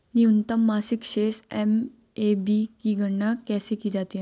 न्यूनतम मासिक शेष एम.ए.बी की गणना कैसे की जाती है?